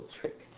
trick